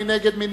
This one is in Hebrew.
מי נגד?